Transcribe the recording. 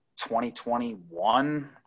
2021